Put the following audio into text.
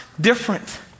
different